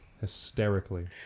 hysterically